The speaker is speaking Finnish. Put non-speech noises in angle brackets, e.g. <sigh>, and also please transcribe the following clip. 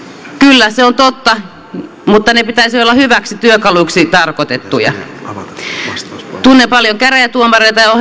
kyllä se on totta mutta niiden pitäisi olla hyviksi työkaluiksi tarkoitettuja tunnen paljon käräjätuomareita <unintelligible>